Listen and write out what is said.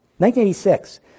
1986